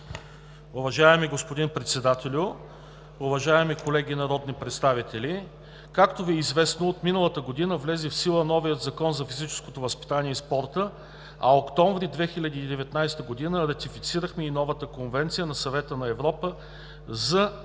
Уважаеми господин Председател, уважаеми колеги народни представители! Както Ви е известно, от миналата година влезе в сила новият Закон за физическото възпитание и спорта, а от месец октомври 2019 г. ратифицирахме и новата Конвенция на Съвета на Европа за интегриран